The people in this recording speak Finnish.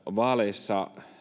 vaaleissa